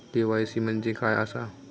KYC म्हणजे काय आसा?